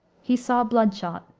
he saw bloodshot,